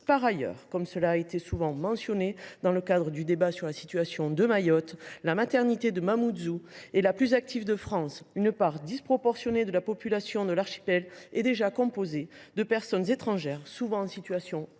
Par ailleurs, comme cela a souvent été mentionné dans le cadre du débat sur la situation de Mayotte, la maternité de Mamoudzou est la plus active de France. Une part disproportionnée de la population de l’archipel est déjà composée de personnes de nationalité étrangère, souvent en situation irrégulière,